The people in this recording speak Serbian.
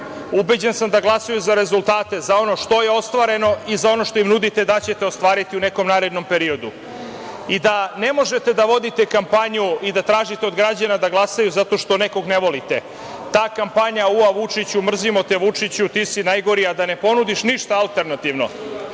ubeđen sam da glasaju za rezultate, za ono što je ostvareno i za ono što im nudite da ćete ostvariti u nekom narednom periodu. Ne možete da vodite kampanju i da tražite od građana da glasaju zato što nekog ne volite. Ta kampanja – ua Vučiću, mrzimo te Vučiću, ti si najgori, a da ne ponudiš ništa alternativno,